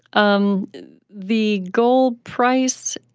um the goal price,